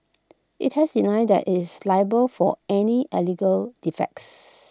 IT has denied that IT is liable for any A legal defects